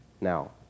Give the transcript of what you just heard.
Now